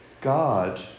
God